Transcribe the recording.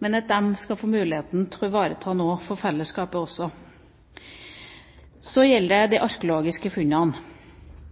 Men de skal få muligheten til å ivareta noe for fellesskapet også. Så gjelder det